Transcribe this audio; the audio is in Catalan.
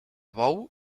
bou